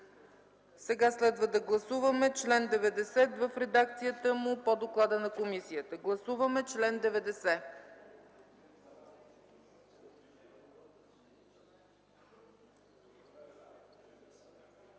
Сега следва да гласуваме чл. 90 в редакцията му по доклада на комисията. Гласуваме чл. 90.